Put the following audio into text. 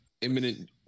imminent